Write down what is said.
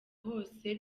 hose